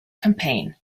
campaign